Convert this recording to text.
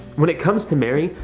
when it comes to mary,